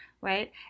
Right